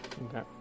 okay